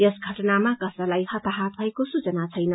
यस घटनामा कसैलाई हताहत भएको सूचना छैन